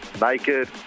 naked